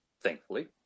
thankfully